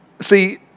See